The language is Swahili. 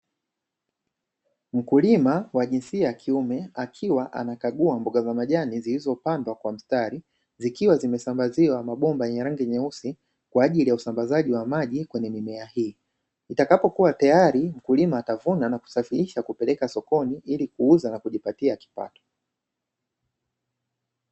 Mkulima wa jinsia ya kiume akiwa anakagua mboga za majani zilizopandwa kwa mstari zikiwa zimesambaziwa mabomba lenye rangi nyeusi, kwa ajili ya usambazaji wa maji kwenye mimea hii itakapokuwa tayari mkulima atavuna na kusafirisha kupeleka sokoni ili kuuza na kujipatia kipato.